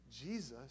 Jesus